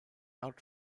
art